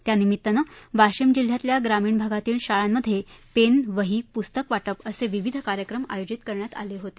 त्या निमित्तानं वाशिम जिल्ह्यातल्या ग्रामीण भागातील शाळा मध्ये पेन वही पुस्तक वाटप असे विविध कार्यक्रम आयोजित केले होते